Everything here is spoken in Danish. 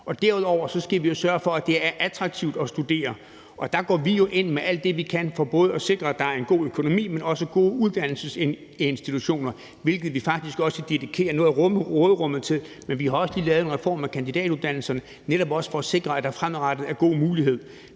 Derudover skal vi sørge for, at det er attraktivt at studere, og der går vi jo ind med alt det, vi kan, for både at sikre, at der er en god økonomi, men også gode uddannelsesinstitutioner, hvilket vi faktisk også dedikerer noget af råderummet til. Vi har også lige lavet en reform af kandidatuddannelserne for netop at sikre, at der fremadrettet er gode muligheder.